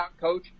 coach